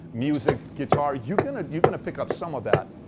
music, guitar, you're going you're going to pick up some of that.